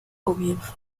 comienza